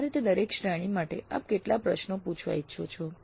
આ રીતે દરેક શ્રેણી માટે આપ કેટલા પ્રશ્નો પૂછવા ઈચ્છો છો